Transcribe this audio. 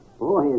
Boy